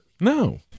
No